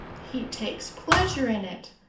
he takes pleasure in it.